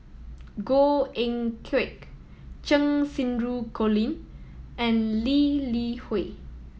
Goh Eck Kheng Cheng Xinru Colin and Lee Li Hui